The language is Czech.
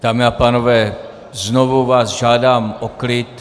Dámy a pánové, znovu vás žádám o klid.